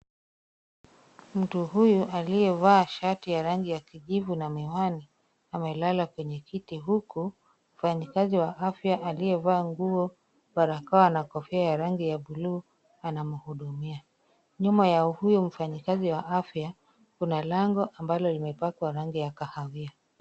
Mtu huyu aliyevaa shati ya rangi ya kijivu na miwani, amelala kwenye kiti huku mfanyikazi wa afya aliyevaa nguo, barakoa na kofia ya rangi ya blue anamuhudumia. Nyuma ya huyo mfanyikazi wa afya, kuna lango ambalo limepakwa rangi ya kahawia.